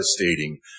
devastating